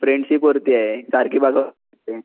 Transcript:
friendship वरती आहे सारखी असते